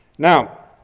now,